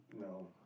No